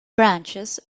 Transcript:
branches